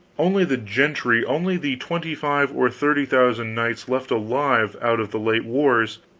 only the gentry, only the twenty-five or thirty thousand knights left alive out of the late wars,